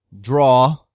draw